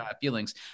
feelings